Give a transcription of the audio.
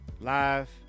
Live